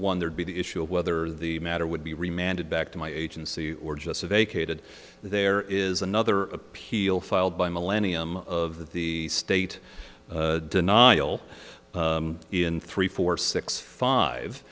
one there'd be the issue of whether the matter would be remanded back to my agency or just vacated there is another appeal filed by millennium of the state denial in three four six five